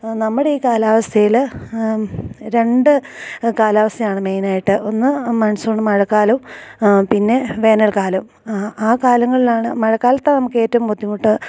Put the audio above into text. നമ്മുടെ ഈ കാലാവസ്ഥയില് രണ്ട് കാലാവസ്ഥയാണ് മെയിനായിട്ട് ഒന്ന് മൺസൂണ് മഴക്കാലം പിന്നെ വേനൽക്കാലം ആ കാലങ്ങളിലാണ് മഴക്കാലത്തെ നമുക്ക് ഏറ്റവും ബുദ്ധിമുട്ട്